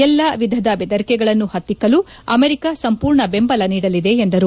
ಎಲ್ಲಾ ವಿಧದ ಬೆದರಿಕೆಗಳನ್ನು ಪತ್ತಿಕಲು ಅಮೆರಿಕ ಸಂಪೂರ್ಣ ಬೆಂಬಲ ನೀಡಲಿದೆ ಎಂದರು